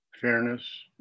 fairness